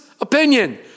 opinion